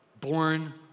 born